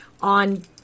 on